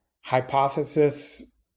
hypothesis